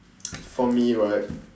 for me right